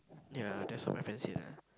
ya that's all my friends say lah